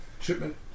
shipment